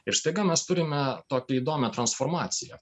ir staiga mes turime tokią įdomią transformaciją